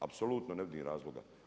Apsolutno ne vidim razloga.